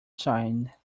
side